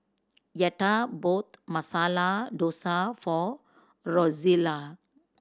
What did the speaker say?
Yetta bought Masala Dosa for Rozella